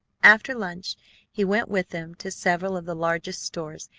after lunch he went with them to several of the largest stores,